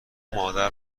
مادر